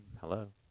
hello